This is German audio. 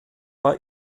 war